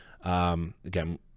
Again